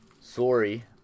Sorry